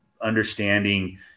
understanding